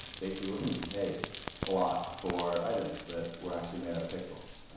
basically willing to pay a lot for items that were actually made out of pixels.